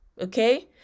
Okay